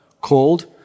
called